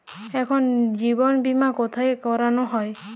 এখানে জীবন বীমা কোথায় করানো হয়?